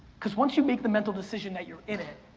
cause once you make the mental decision that you're in it,